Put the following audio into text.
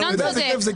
ינון צודק.